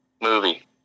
Movie